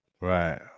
Right